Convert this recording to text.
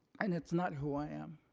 and it's not who i am.